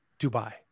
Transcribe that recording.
Dubai